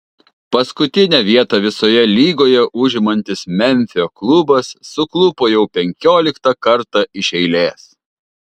paskutinę vietą visoje lygoje užimantis memfio klubas suklupo jau penkioliktą kartą iš eilės